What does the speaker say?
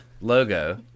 Logo